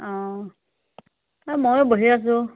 অঁ ময়ো বহি আছোঁ